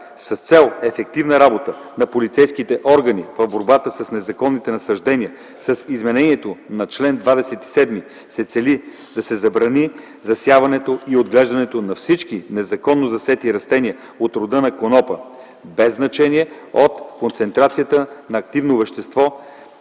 С цел по-ефективна работа на полицейските органи в борбата с незаконните насаждения, с изменението на чл. 27 се цели да се забрани засяването и отглеждането на всички незаконно засети растения от рода на конопа, без значение от концентрацията на активното вещество